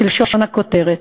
כלשון הכותרת.